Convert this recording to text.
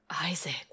isaac